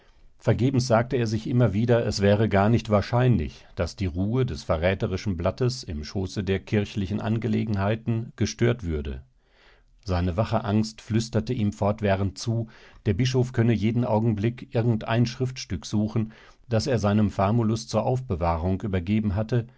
vergebens sagte er sich immer wieder es wäre gar nicht wahrscheinlich daß die ruhe des verräterischen blattes im schöße der kirchlichen angelegenheiten gestört würde seine wache angst flüsterte ihm fortwährend zu der bischof könne jeden augenblick irgendein schriftstück suchen das er seinem famulus zur aufbewahrung übergeben hatte